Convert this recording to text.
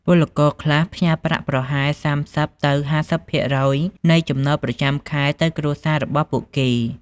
ពលករខ្លះផ្ញើប្រាក់ប្រហែល ៣០ ទៅ ៥០ ភាគរយនៃចំណូលប្រចាំខែទៅគ្រួសាររបស់ពួកគេ។